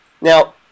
Now